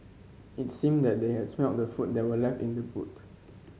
it seemed that they had smelt the food that were left in the boot